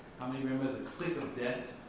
how many remember the click of death?